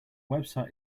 website